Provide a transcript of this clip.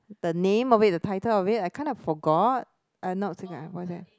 the name of it the title of it I kinda forgot uh no that